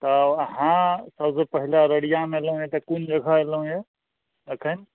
तऽ अहाँ सबसँ पहिले अररियामे एलहुँ यऽ तऽ कोन जगह एलहुँ यऽ अखनि